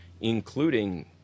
including